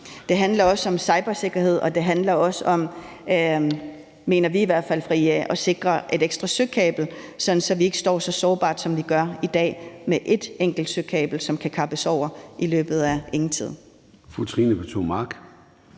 Det handler også om cybersikkerhed, og det handler også om, mener vi i hvert fald i IA, at sikre et ekstra søkabel, sådan at vi ikke står så sårbart, som vi gør i dag med ét enkelt søkabel, som kan kappes over i løbet af ingen tid.